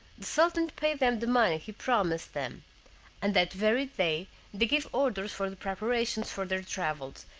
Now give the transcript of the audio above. the sultan paid them the money he promised them and that very day they gave orders for the preparations for their travels,